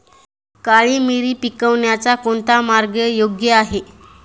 काळी मिरी पिकवण्याचा कोणता मार्ग योग्य आहे?